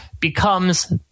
Becomes